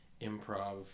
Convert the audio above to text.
improv